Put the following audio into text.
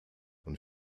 und